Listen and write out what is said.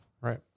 Right